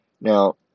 now